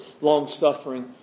long-suffering